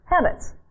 habits